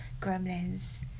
Gremlins